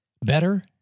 better